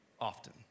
often